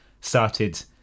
started